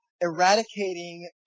eradicating